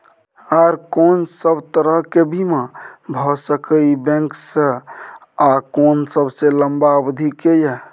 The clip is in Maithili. आर कोन सब तरह के बीमा भ सके इ बैंक स आ कोन सबसे लंबा अवधि के ये?